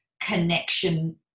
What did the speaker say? connection